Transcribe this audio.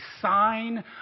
sign